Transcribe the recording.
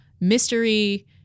mystery